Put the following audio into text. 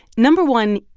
no. one,